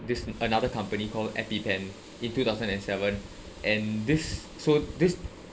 this another company called epipen in two thousand and seven and this so this